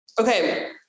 Okay